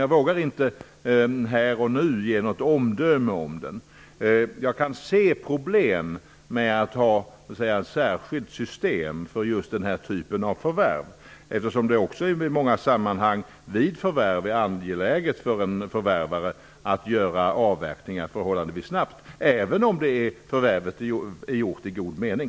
Jag vågar inte här och nu ge något omdöme om den. Det kan uppstå problem med att ha ett särskilt system för just den här typen av förvärv. I många sammanhang är det angeläget för en förvärvare att göra avverkningar förhållandevis snabbt även om förvärvet är gjort i god mening.